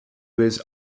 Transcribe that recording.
was